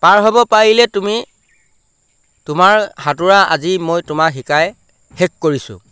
পাৰ হ'ব পাৰিলে তুমি তোমাৰ সাঁতুৰা আজি মই তোমাৰ শিকাই শেষ কৰিছোঁ